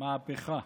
מהפכה.